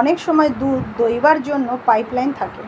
অনেক সময় দুধ দোয়াবার জন্য পাইপ লাইন থাকে